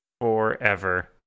forever